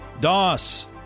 Doss